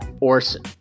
Orson